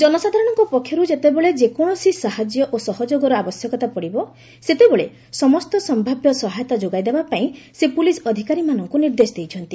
ଜନସାଧାରଣଙ୍କ ପକ୍ଷରୁ ଯେତେବେଳେ ଯେକୌଣସି ସାହାଯ୍ୟ ଓ ସହଯୋଗର ଆବଶ୍ୟକତା ପଡିବ ସେତେବେଳେ ସମସ୍ତ ସମ୍ଭାବ୍ୟ ସହାୟତା ଯୋଗାଇଦେବା ପାଇଁ ସେ ପୁଲିସ ଅଧିକାରୀମାନଙ୍କୁ ନିର୍ଦ୍ଦେଶ ଦେଇଛନ୍ତି